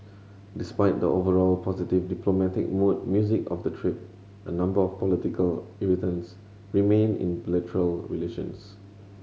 despite the overall positive diplomatic mood music of the trip a number of political irritants remain in relations